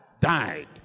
died